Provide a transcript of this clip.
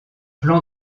plan